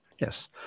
Yes